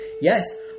Yes